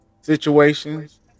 situations